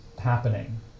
happening